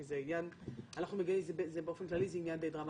כי באופן כללי זה עניין די דרמטי,